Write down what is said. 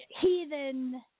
heathen